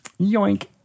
Yoink